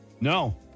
No